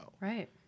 Right